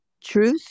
truth